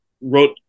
wrote